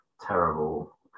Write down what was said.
terrible